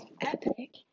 epic